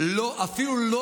אפילו לא